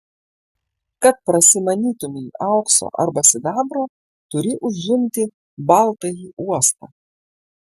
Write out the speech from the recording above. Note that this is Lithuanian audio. kad prasimanytumei aukso arba sidabro turi užimti baltąjį uostą